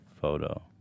Photo